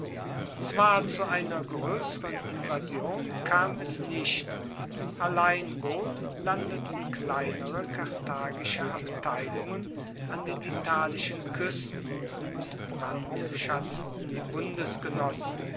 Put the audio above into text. zwar zu einer groesseren invasion kam es nicht allein wohl landeten kleinere karthagische abteilungen an den italischen kuesten und brandschatzten die